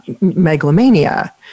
megalomania